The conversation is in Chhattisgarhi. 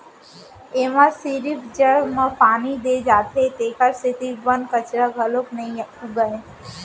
एमा सिरिफ जड़ म पानी दे जाथे तेखर सेती बन कचरा घलोक नइ उगय